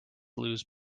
lose